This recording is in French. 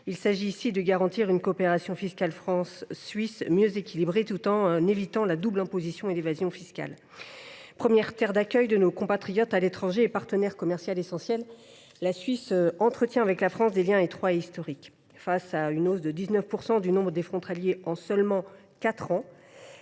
Il s’agit ici de garantir une coopération fiscale franco suisse mieux équilibrée, tout en évitant la double imposition et l’évasion fiscale. Première terre d’accueil de nos compatriotes à l’étranger et partenaire commercial essentiel, la Suisse entretient avec la France des liens étroits et historiques. Face à une hausse de 19 % du nombre des frontaliers en seulement quatre